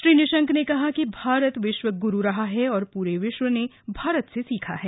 श्री निशंक ने कहा कि भारत विश्व गुरू रहा है और पूरे विश्वं ने भारत से सीखा है